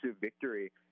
victory